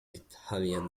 italian